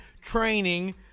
training